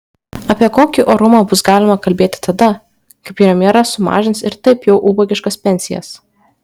apie kokį orumą bus galima kalbėti tada kai premjeras sumažins ir taip jau ubagiškas pensijas